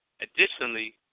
Additionally